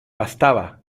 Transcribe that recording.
bastaba